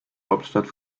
hauptstadt